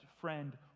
friend